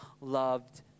loved